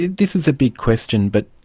this is a big question, but,